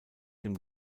dem